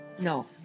No